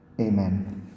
Amen